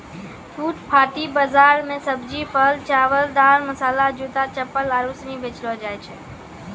फुटपाटी बाजार मे सब्जी, फल, चावल, दाल, मसाला, जूता, चप्पल आरु सनी बेचलो जाय छै